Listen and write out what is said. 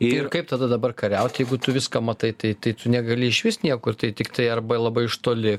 ir kaip tada dabar kariauti jeigu tu viską matai tai tai tu negali išvis niekur tai tiktai arba labai iš toli